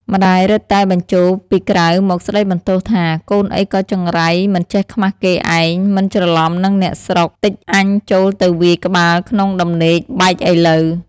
ម្ដាយរឹតតែបញ្ចោរពីក្រៅមកស្ដីបន្ទោសថា “កូនអីក៏ចង្រៃមិនចេះខ្មាស់គេឯង មិនច្រឡំនិងអ្នកស្រុក តិចអញចូលទៅវាយក្បាលក្នុងដំណេកបែកឥឡូវ។